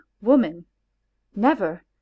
woman—never